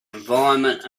environment